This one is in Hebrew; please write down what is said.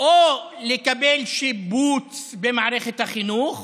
לקבל שיבוץ במערכת החינוך